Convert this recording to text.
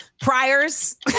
priors